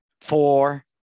four